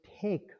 take